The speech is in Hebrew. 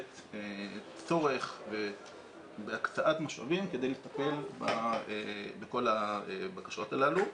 צורך בהקצאת משאבים כדי לטפל בכל הבקשות הללו,